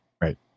Right